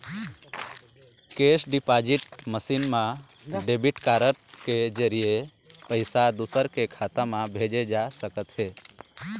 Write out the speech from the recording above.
cash deposit machine म debit card के जरिए पइसा दूसर के खाता म भेजे जा सकत हे